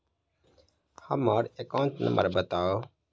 हम्मर account number बताऊ?